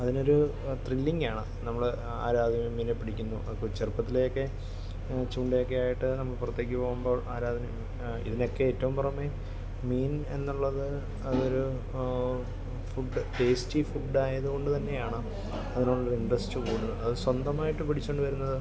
അതിനൊരു ത്രില്ലിംഗാണ് നമ്മള് ആ ആരാദ്യം മീനിനെ പിടിക്കുന്നു അപ്പോൾ ചെറുപ്പത്തിലെയൊക്കെ ചൂണ്ടയൊക്കെയായിട്ട് നമ്മള് പുറത്തേക്ക് പോകുമ്പോൾ ആരാ അതിന് ഇതിനൊക്കേറ്റവും പുറമെ മീൻ എന്നുള്ളത് അതൊരു ഫുഡ് ടേസ്റ്റി ഫുഡായത് കൊണ്ട് തന്നെയാണ് അതിനോടുള്ള ഇൻ്ററസ്റ്റ് കൂടുന്നത് സ്വന്തമായിട്ട് പിടിച്ചുകൊണ്ട് വരുന്നത്